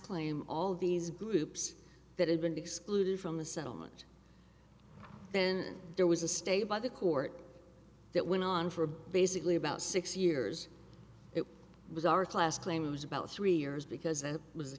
claim all these groups that had been excluded from the settlement then there was a stay by the court that went on for basically about six years it was our class claims about three years because that was